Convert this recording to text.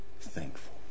thankful